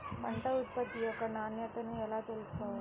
పంట ఉత్పత్తి యొక్క నాణ్యతను ఎలా నిర్ధారించవచ్చు?